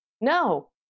No